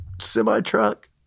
semi-truck